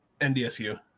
ndsu